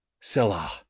Selah